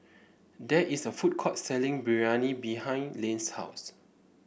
there is a food court selling Biryani behind Lane's house